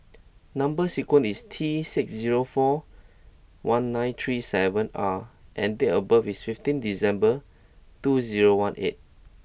number sequence is T six zero four one nine three seven R and date of birth is fifteen December two zero one eight